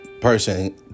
person